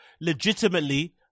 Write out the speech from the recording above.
Legitimately